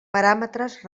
paràmetres